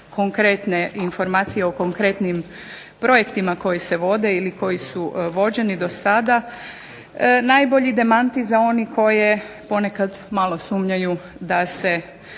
konkretne informacije o konkretnim projektima koji se vode ili koji su vođeni dosada najbolji demantij za one koji ponekad malo sumnjaju da se